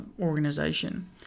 organization